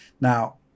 Now